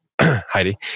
Heidi